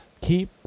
Keep